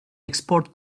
export